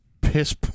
piss